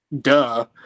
Duh